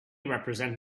represent